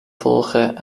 volgen